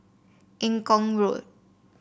Eng Kong Road